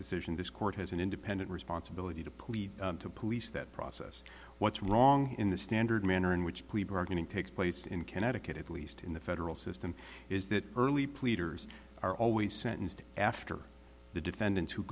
decision this court has an independent responsibility to police to police that process what's wrong in the standard manner in which plea bargaining takes place in connecticut at least in the federal system is that early pleaders are always sentenced after the defendant